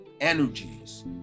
energies